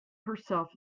herself